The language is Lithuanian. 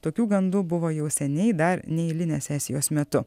tokių gandų buvo jau seniai dar neeilinės sesijos metu